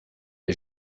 est